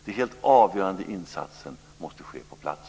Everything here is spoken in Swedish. Den helt avgörande insatsen måste ske på plats.